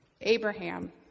Abraham